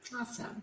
Awesome